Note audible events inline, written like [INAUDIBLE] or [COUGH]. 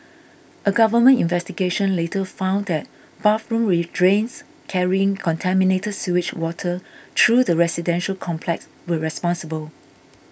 a government investigation later found that bathroom [UNINTELLIGIBLE] drains carrying contaminated sewage water through the residential complex were responsible